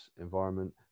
environment